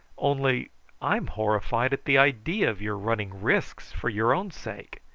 only i'm horrified at the idea of your running risks for your own sake.